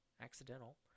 Accidental